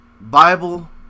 Bible